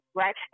right